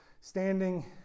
standing